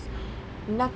not~